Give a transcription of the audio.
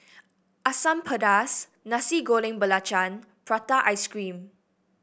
Asam Pedas Nasi Goreng Belacan Prata Ice Cream